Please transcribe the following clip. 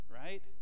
right